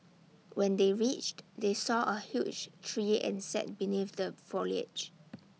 when they reached they saw A huge tree and sat beneath the foliage